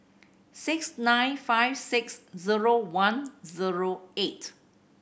six nine five six zero one zero eight